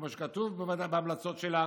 כמו שכתוב בהמלצות שלה,